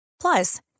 Plus